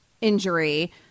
injury